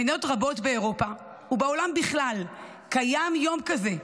במדינות רבות באירופה ובעולם בכלל קיים יום כזה,